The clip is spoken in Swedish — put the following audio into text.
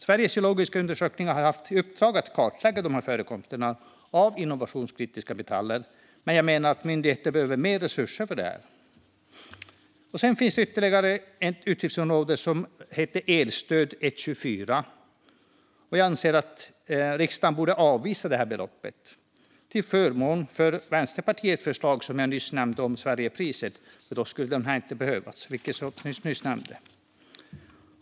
Sveriges geologiska undersökning har haft i uppdrag att kartlägga förekomsten av innovationskritiska metaller, men jag menar att myndigheten behöver mer resurser för detta. I budgetpropositionen finns anslaget 1:24 Elstöd med ett belopp om 2,4 miljarder. Jag anser att riksdagen borde avvisa detta belopp till förmån för Vänsterpartiets förslag om Sverigepriser, som jag nyss nämnde.